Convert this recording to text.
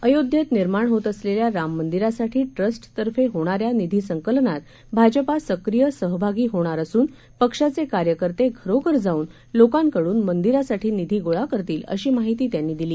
अयोध्येतनिर्माणहोतअसलेल्याराममंदिरासाठीट्रस्टतर्फेहोणाऱ्यानिधीसंकलनातभाजपासक्रीयसहभागीहोणारअ सूनपक्षाचेकार्यकर्तेघरोघरजाऊनलोकांकडूनमंदिरासाठीनिधीगोळाकरतील अशीमाहितीत्यांनीदिली